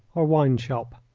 or wine-shop.